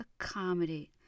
accommodate